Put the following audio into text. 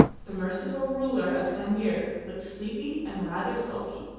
the merciful ruler of sambir looked sleepy and rather sulky.